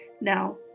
Now